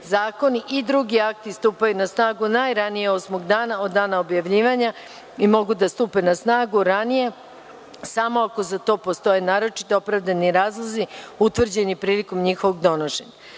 zakoni i drugi akti stupaju na snagu najranije osmog dana od dana objavljivanja i mogu da stupe na snagu ranije samo ako za to postoje naročito opravdani razlozi utvrđeni prilikom njihovog donošenja. Stavljam